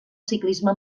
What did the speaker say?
ciclisme